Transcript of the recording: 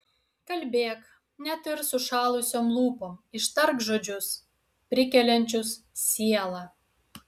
kalbėk net ir sušalusiom lūpom ištark žodžius prikeliančius sielą